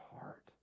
heart